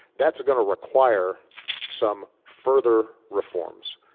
that's going to require some further reforms.